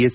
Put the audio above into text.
S